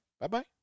bye-bye